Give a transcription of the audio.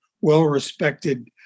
well-respected